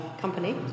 company